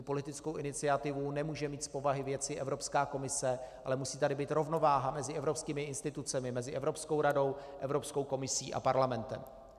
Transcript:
Tu politickou iniciativu nemůže mít z povahy věci Evropská komise, ale musí tady být rovnováha mezi evropskými institucemi, mezi Evropskou radou, Evropskou komisí a parlamentem.